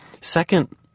Second